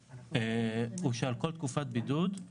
שנעדר מעבודתו במהלך אותה תקופת בידוד,